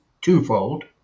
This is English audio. twofold